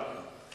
תודה.